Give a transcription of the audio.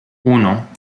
uno